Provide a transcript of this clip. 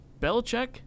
Belichick